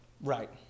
Right